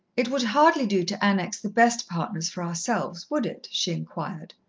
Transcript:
it would hardly do to annex the best partners for ourselves, would it? she inquired.